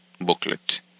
booklet